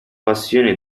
passione